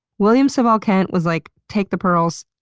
william saville-kent was like, take the pearls,